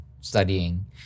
studying